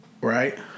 right